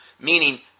Meaning